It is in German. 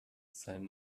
sein